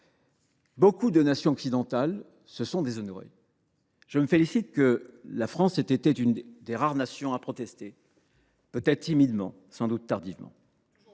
nombreuses nations occidentales qui se sont déshonorées. Je me félicite que la France ait été l’une des rares nations à protester – peut être timidement, sans doute tardivement.